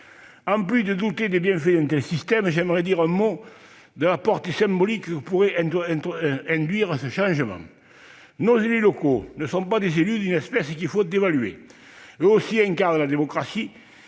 En plus de douter des bienfaits d'un tel système, j'aimerais dire un mot de la portée symbolique que pourrait avoir ce changement. Nos élus locaux ne sont pas des élus d'une espèce qu'il faut dévaluer. Eux aussi incarnent la démocratie